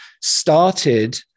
started